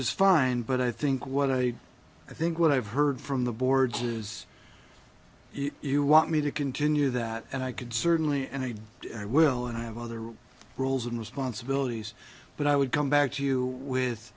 is fine but i think what i i think what i've heard from the boards is you want me to continue that and i could certainly and i will and i have other roles and responsibilities but i would come back to you with